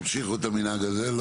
תמשיכו את המנהג הזה.